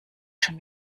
schon